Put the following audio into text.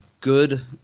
good